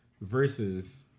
Versus